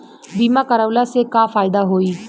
बीमा करवला से का फायदा होयी?